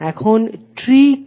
এখন ট্রি কি